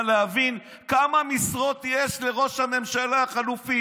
כדי להבין כמה משרות יש לראש הממשלה החלופי,